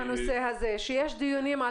כשיש דיונים על